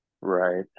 Right